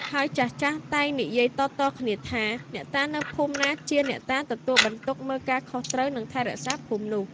ហើយចាស់ៗតែងនិយាយតៗគ្នាថា អ្នកតានៅភូមិណាជាអ្នកតាទទួលបន្ទុកមើលការខុសត្រូវ និងថែរក្សាភូមិនោះ។